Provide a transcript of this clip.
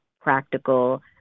practical